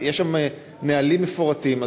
יש שם נהלים מפורטים.